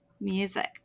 Music